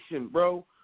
bro